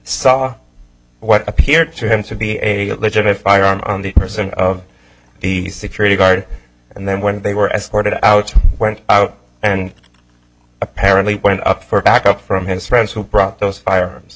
saw what appeared to him to be a legit a firearm on the person of the security guard and then when they were escorted out went out and apparently went up for backup from his friends who brought those firearms